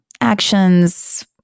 actions